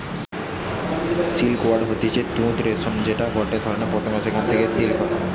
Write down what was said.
silk worm হতিছে তুত রেশম যেটা গটে ধরণের পতঙ্গ যেখান হইতে সিল্ক হয়